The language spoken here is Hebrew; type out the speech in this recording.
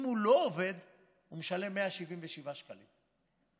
אם הוא לא עובד הוא משלם 177 שקלים.